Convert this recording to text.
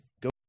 Go